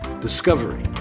discovery